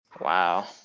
Wow